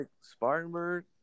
Spartanburg